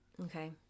Okay